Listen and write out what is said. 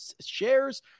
shares